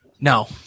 No